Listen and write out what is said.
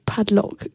Padlock